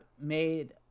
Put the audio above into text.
made